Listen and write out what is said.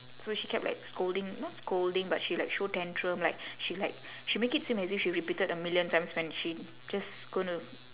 so she kept like scolding not scolding but she like throw tantrum like she like she make it seem as if she repeated a million times when she just gonna